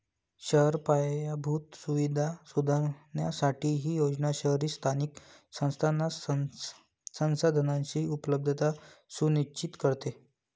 शहरी पायाभूत सुविधा सुधारण्यासाठी ही योजना शहरी स्थानिक संस्थांना संसाधनांची उपलब्धता सुनिश्चित करते